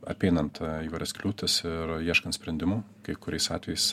apeinant įvairias kliūtis ir ieškant sprendimų kai kuriais atvejais